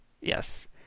Yes